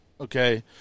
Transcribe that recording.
okay